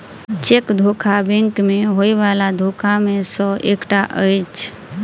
cheque धोखा bank मे होयबला धोखा मे सॅ एकटा अछि